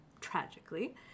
tragically